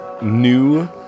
new